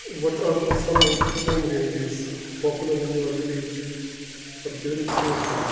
what are the some of the home remedies popular in your village for curing sore throat